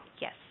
yes